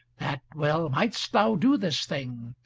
that well mightst thou do this thing,